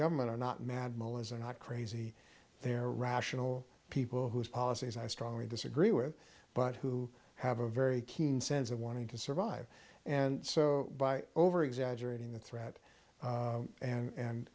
government are not mad mullahs are not crazy they are rational people whose policies i strongly disagree with but who have a very keen sense of wanting to survive and so by over exaggerating the threat and